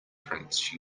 prince